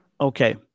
Okay